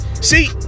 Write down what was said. see